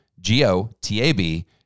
G-O-T-A-B